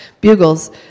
bugles